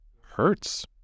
hurts